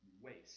Waste